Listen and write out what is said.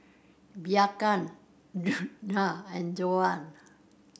Bianca Djuana and Joann